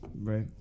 Right